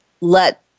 let